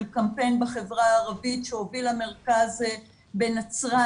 קמפיין בחברה הערבית שהוביל המרכז בנצרת